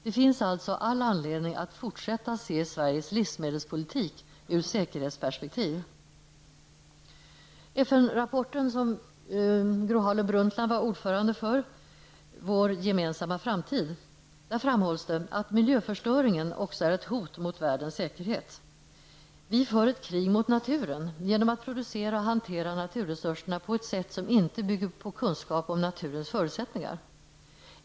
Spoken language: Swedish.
Det finns alltså all anledning att fortsätta se Sveriges livsmedelspolitik ur säkerhetsperspektiv. I FN-rapporten ''Vår gemensamma framtid'' från den kommission som Gro Harlem Brundtland var ordförande för, framhålls det att miljöförstöringen också är ett hot mot världens säkerhet. Vi för ett krig mot naturen genom att producera och hantera naturresurserna på ett sätt som inte bygger på kunskap om naturens förutsättningar.